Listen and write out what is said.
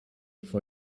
for